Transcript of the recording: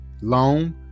long